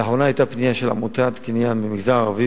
לאחרונה היתה פנייה של עמותת "קניין" מהמגזר הערבי,